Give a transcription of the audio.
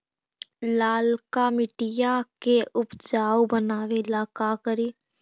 लालका मिट्टियां के उपजाऊ बनावे ला का करी?